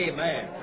Amen